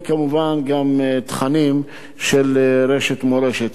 כמובן, גם תכנים של רשת "מורשת".